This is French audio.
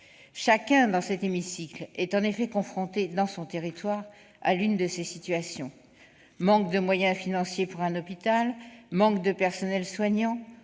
Chacun dans cet hémicycle est en effet confronté dans son territoire à l'une de ces situations : manque de moyens financiers pour un hôpital, manque de personnels soignants